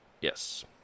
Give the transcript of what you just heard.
Yes